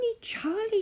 Charlie